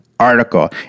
Article